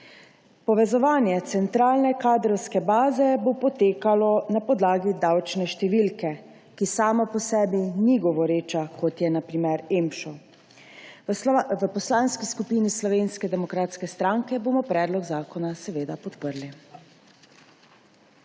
Povezovanje centralne kadrovske baze bo potekalo na podlagi davčne številke, ki sama po sebi ni govoreča, kot je na primer EMŠO. V Poslanski skupini Slovenske demokratske stranke bomo predlog zakona seveda podprli.